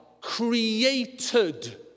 created